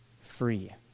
free